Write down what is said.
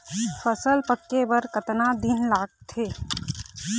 फसल पक्के बर कतना दिन लागत हे?